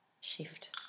shift